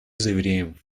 заверяем